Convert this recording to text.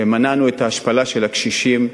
שמנענו את השפלת הקשישים.